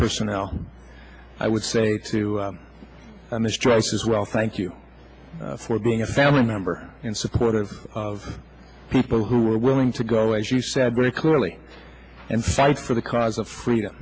personnel i would say to the strikes as well thank you for being a family member and supportive of people who are willing to go as you said very clearly and fight for the cause of freedom